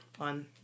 on